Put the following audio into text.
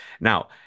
Now